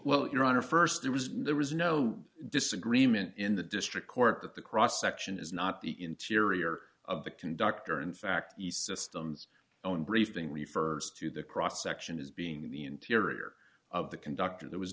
well your honor st it was there was no disagreement in the district court that the cross section is not the interior of the conductor in fact the system's own briefing refers to the cross section is being in the interior of the conductor there was